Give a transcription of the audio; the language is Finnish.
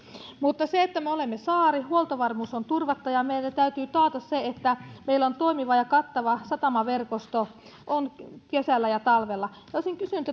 mutta me olemme saari huoltovarmuus on turvattava ja meidän täytyy taata se että meillä on toimiva ja kattava satamaverkosto kesällä ja talvella olisin kysynyt